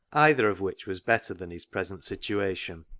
either of which was better than his present situation.